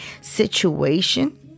situation